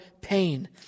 pain